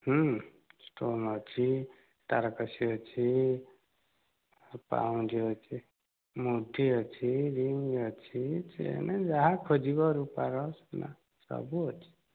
stone ଅଛି ତାରକସୀ ଅଛି ପାଉଁଜି ଅଛି ମୁଦି ଅଛି ରିଙ୍ଗ ଅଛି ଚେନ ଯାହା ଖୋଜିବ ରୂପାର ସୁନାର ସବୁ ଅଛି